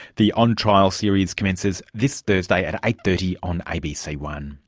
the on trial series commences this thursday at eight. thirty on a b c one